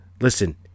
Listen